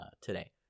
today